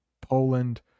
poland